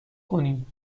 کنیم